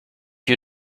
you